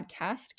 podcast